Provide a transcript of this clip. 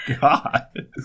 god